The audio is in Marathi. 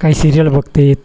काही सिरियल बघतात